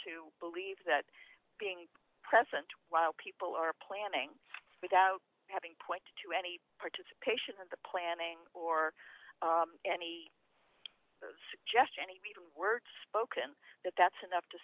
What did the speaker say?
to believe that being present while people are planning without having point to any participation in the planning or any suggestion even word spoken that that's enough to